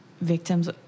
victims